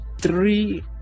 three